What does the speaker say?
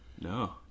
no